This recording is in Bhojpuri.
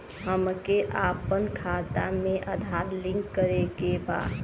हमके अपना खाता में आधार लिंक करें के बा?